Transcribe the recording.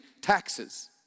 taxes